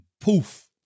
poof